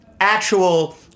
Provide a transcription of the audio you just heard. actual